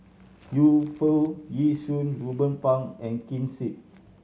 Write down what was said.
Yu Foo Yee Shoon Ruben Pang and Ken Seet